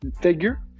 figure